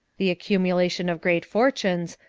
the accumulation of great fortunes,